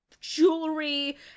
jewelry